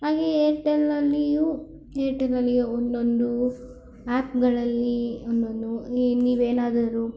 ಹಾಗೇ ಏರ್ಟೆಲಲ್ಲಿಯೂ ಏರ್ಟೆಲಲ್ಲಿಯೂ ಒಂದೊಂದು ಆ್ಯಪ್ಗಳಲ್ಲಿ ಒಂದೊಂದು ಏ ನೀವೇನಾದರೂ